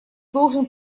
должен